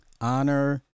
Honor